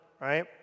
right